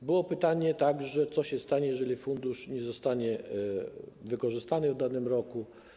Padło także pytanie, co się stanie, jeżeli fundusz nie zostanie wykorzystany w danym roku.